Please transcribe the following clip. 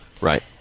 Right